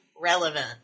relevant